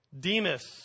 Demas